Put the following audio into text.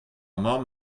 mamm